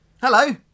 Hello